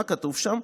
מה כתוב שם?